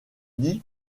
dit